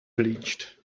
bleached